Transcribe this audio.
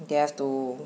they have to